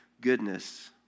goodness